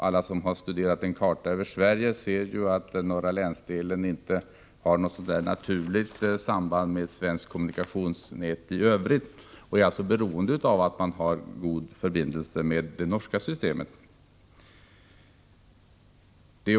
Alla som har studerat en karta över Sverige ser ju att norra länsdelen inte har något naturligt samband med svenskt kommunikationsnät i övrigt, och den är alltså beroende av att ha god förbindelse med det norska systemet.